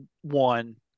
one